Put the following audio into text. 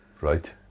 right